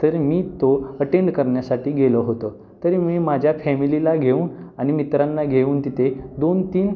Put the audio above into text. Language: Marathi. तर मी तो अटेंड करण्यासाठी गेलो होतो तरी मी माझ्या फॅमिलीला घेऊन आणि मित्रांना घेऊन तिथे दोन तीन